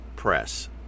Press